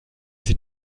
sie